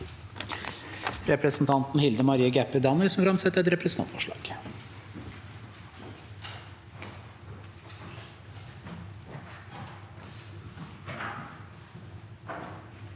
Representanten Hilde Ma- rie Gaebpie Danielsen vil framsette et representantforslag.